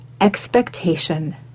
expectation